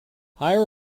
higher